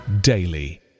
daily